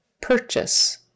Purchase